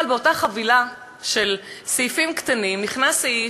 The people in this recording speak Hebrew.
אבל באותה חבילה של סעיפים קטנים נכנס סעיף,